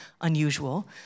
unusual